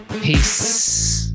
peace